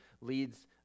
leads